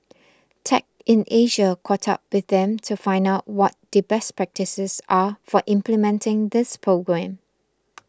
tech in Asia caught up with them to find out what the best practices are for implementing this program